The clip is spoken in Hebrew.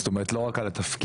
זאת אומרת לא רק על התפקיד,